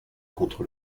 contre